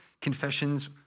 confessions